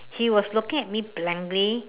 he was looking at me blankly